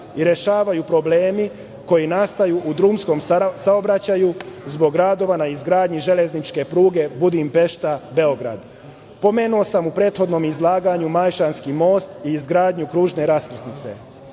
i rešavaju problemi koji nastaju u drumskom saobraćaju zbog radova na izgradnji železničke pruge Budimpešta-Beograd. Spomenuo sam u prethodnom izlaganju Majšanski most i izgradnju kružne raskrsnice.